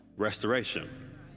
restoration